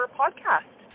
podcast